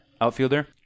outfielder